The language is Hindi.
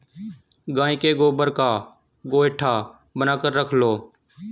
गाय के गोबर का गोएठा बनाकर रख लो